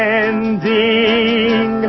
ending